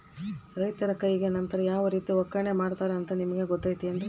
ರೈತರ ಕೈಗೆ ನಂತರ ಯಾವ ರೇತಿ ಒಕ್ಕಣೆ ಮಾಡ್ತಾರೆ ಅಂತ ನಿಮಗೆ ಗೊತ್ತೇನ್ರಿ?